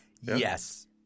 Yes